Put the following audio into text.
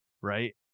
right